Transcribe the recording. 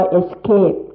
escape